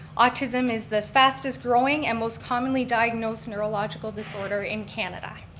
autism is the fastest growing, and most commonly diagnosed neurological disorder in canada.